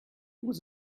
was